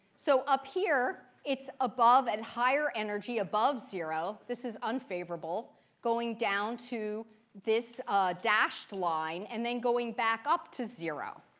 so up here, it's above and higher energy, above zero this is unfavorable going down to this dashed line and then going back up to zero.